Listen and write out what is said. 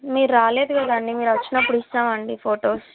మీరు రాలేదు కదండి మీరు వచ్చినప్పుడు ఇస్తాం అండి ఫోటోస్